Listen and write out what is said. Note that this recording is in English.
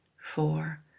four